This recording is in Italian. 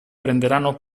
prenderanno